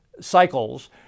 cycles